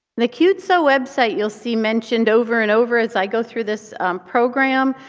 the qtso website you'll see mentioned over and over as i go through this program.